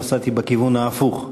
נסעתי בכיוון ההפוך.